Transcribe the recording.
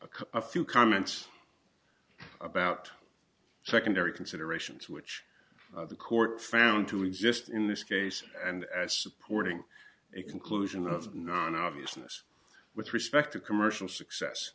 thanks a few comments about secondary considerations which the court found to exist in this case and as supporting a conclusion of non obviousness with respect to commercial success